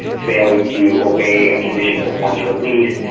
failing to obey conditions of one's release.